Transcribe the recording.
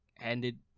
ended